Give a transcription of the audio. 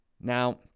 Now